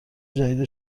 جدید